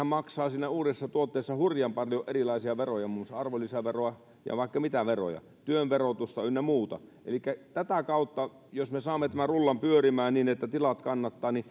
maksaa siinä uudessa tuotteessa hurjan paljon erilaisia veroja muun muassa arvonlisäveroa ja vaikka mitä veroja työn verotusta ynnä muuta elikkä tätä kautta jos me saamme tämän rullan pyörimään niin että tilat kannattavat